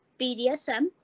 BDSM